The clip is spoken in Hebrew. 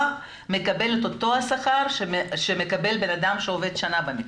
מקבל את אותו השכר שמקבל אדם שעובד שנה במקצוע.